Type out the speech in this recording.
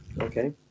Okay